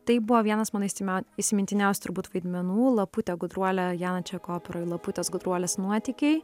tai buvo vienas mano įsime įsimintiniausių turbūt vaidmenų laputė gudruolė janačeko operoj laputės gudruolės nuotykiai